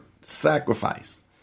sacrifice